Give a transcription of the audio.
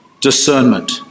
discernment